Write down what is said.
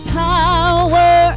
power